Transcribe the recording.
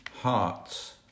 hearts